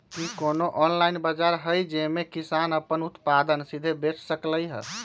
कि कोनो ऑनलाइन बाजार हइ जे में किसान अपन उत्पादन सीधे बेच सकलई ह?